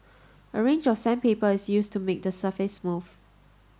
a range of sandpaper is used to make the surface smooth